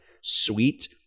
sweet